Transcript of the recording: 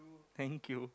thank you